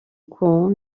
coron